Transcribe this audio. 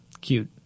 Cute